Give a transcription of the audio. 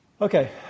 Okay